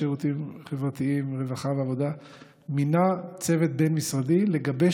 הרווחה והשירותים חברתיים מינה צוות בין-משרדי לגבש